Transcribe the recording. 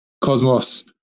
cosmos